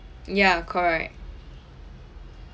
ya correct